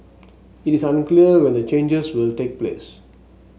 it is unclear when the changes will take place